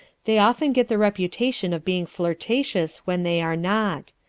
they often get the reputation of being flirtatious when they are not.